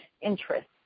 interest